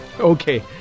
Okay